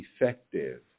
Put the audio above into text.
effective